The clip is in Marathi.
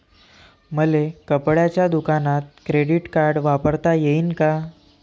मले कपड्याच्या दुकानात क्रेडिट कार्ड वापरता येईन का?